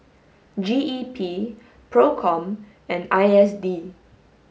G E P PROCOM and I S D